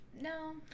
no